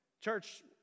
Church